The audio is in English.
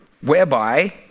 whereby